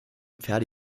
pferde